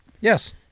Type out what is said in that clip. Yes